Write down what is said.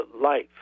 life